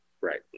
Right